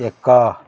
ଏକ